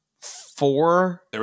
four